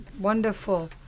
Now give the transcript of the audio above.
wonderful